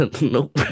Nope